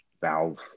valve